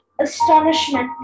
astonishment